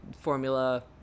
Formula